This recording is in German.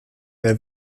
der